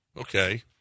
Okay